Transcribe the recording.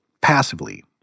passively